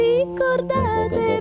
Ricordate